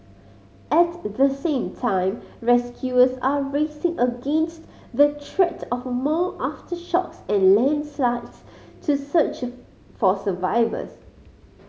at the same time rescuers are racing against the threat of more aftershocks and landslides to search for survivors